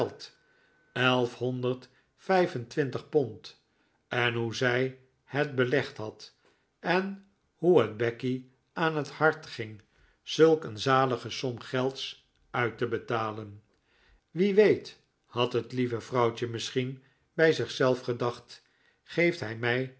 elfhonderd vijf en twintig pond en hoe zij het belegd had en hoe het becky aan het hart ging zulk een zalige som gelds uit te betalen wie weet had het lieve vrouwtjc misschien bij zichzelf gedacht geeft hij mij